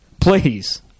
Please